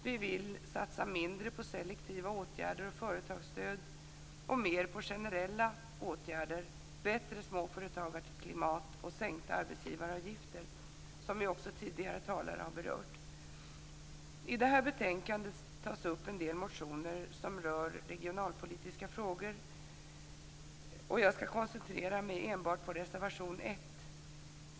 Vi vill satsa mindre på selektiva åtgärder och företagsstöd och mer på generella åtgärder, bättre småföretagarklimat och sänkta arbetsgivaravgifter, som ju också tidigare talare har berört. I det här betänkandet tas det upp en del motioner som rör regionalpolitiska frågor, och jag ska koncentrera mig enbart på reservation 1.